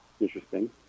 Interesting